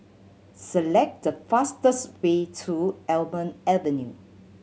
select the fastest way to Almond Avenue